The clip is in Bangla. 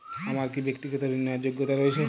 আমার কী ব্যাক্তিগত ঋণ নেওয়ার যোগ্যতা রয়েছে?